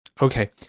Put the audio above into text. Okay